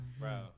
Bro